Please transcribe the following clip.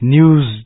News